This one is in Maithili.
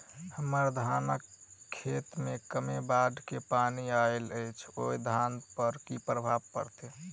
हम्मर धानक खेत मे कमे बाढ़ केँ पानि आइल अछि, ओय सँ धान पर की प्रभाव पड़तै?